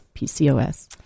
PCOS